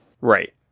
Right